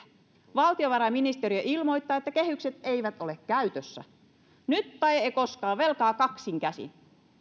valtiovarainministeriö ilmoittaa että kehykset eivät ole käytössä nyt tai ei koskaan velkaa kaksin käsin